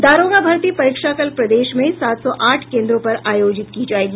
दारोगा भर्ती परीक्षा कल प्रदेश में सात सौ आठ केन्द्रों पर आयोजित की जायेगी